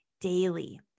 daily